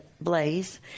blaze